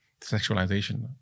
sexualization